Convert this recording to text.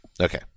Okay